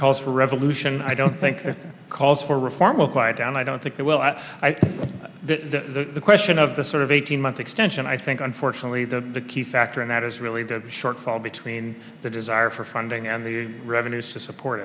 calls for revolution i don't think calls for reform will quiet down i don't think it will at the the question of the sort of eighteen month extension i think unfortunately the key factor in that is really the shortfall between the desire for funding and the revenues to support